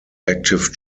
active